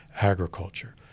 agriculture